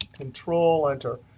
control enter,